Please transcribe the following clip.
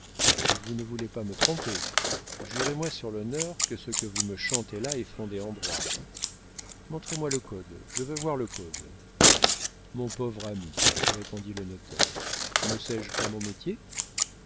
vous ne voulez pas me tromper jurez-moi sur l'honneur que ce que vous me chantez là est fondé en droit montrez-moi le code je veux voir le code mon pauvre ami répondit le notaire ne sais-je pas mon métier